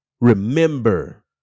remember